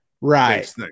Right